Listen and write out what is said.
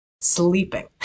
sleeping